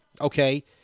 okay